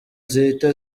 zihita